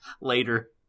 later